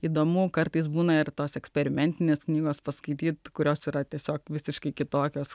įdomu kartais būna ir tos eksperimentinės knygos paskaityt kurios yra tiesiog visiškai kitokios